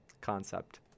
concept